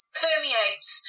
permeates